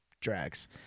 drags